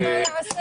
עמותת